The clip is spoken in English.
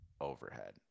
overhead